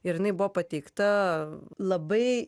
ir jinai buvo pateikta labai